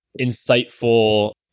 insightful